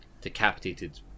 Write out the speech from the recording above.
decapitated